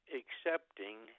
accepting